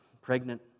pregnant